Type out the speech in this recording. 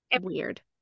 weird